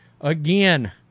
again